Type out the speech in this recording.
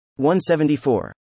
174